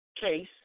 Case